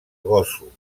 gósol